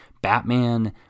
Batman